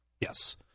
Yes